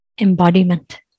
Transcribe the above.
embodiment